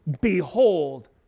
behold